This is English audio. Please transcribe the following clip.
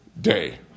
day